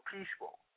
peaceful